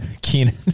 Keenan